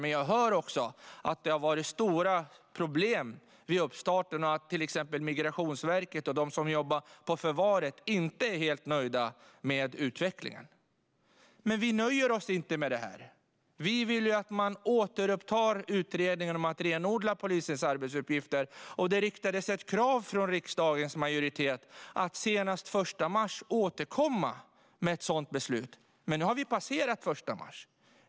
Men jag hör också att det har varit stora problem vid starten och att till exempel Migrationsverket och de som jobbar på förvar inte är helt nöjda med utvecklingen. Vi nöjer oss inte med det. Vi vill att man återupptar utredningen om att renodla polisens arbetsuppgifter. Det riktades ett krav från riksdagens majoritet att senast den 1 mars återkomma med ett sådant beslut. Nu har vi passerat den 1 mars.